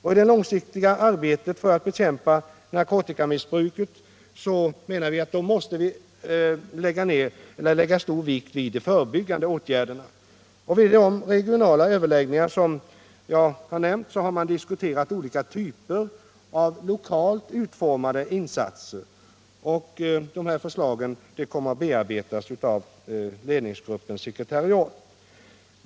I det långsiktiga arbetet för att bekämpa narkotikamissbruket måste vi lägga stor vikt vid de förebyggande åtgärderna. Vid de regionala överläggningar som jag nämnt har man diskuterat olika typer av lokalt utformade insatser. Dessa förslag kommer att bearbetas av ledningsgruppens sekretariat.